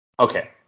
Okay